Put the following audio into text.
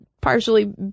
partially